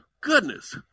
goodness